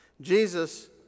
Jesus